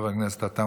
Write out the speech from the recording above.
חבר הכנסת עטאונה,